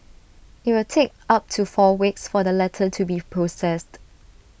IT will take up to four weeks for the letter to be processed